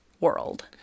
world